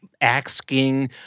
asking